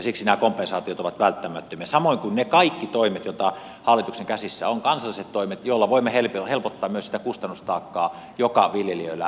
siksi nämä kompensaatiot ovat välttämättömiä samoin kuin ne kaikki toimet joita hallituksen käsissä on kansalliset toimet joilla voimme helpottaa myös sitä kustannustaakkaa joka viljelijöillä ruuantuotannolla on